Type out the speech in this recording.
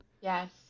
Yes